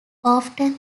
often